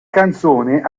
canzone